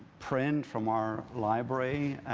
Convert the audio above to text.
print from our library.